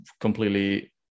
completely